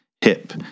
hip